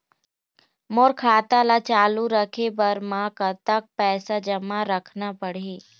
मोर खाता ला चालू रखे बर म कतका पैसा जमा रखना पड़ही?